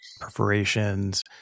perforations